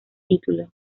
título